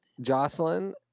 Jocelyn